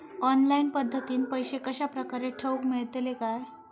Online पद्धतीन पैसे कश्या प्रकारे ठेऊक मेळतले काय?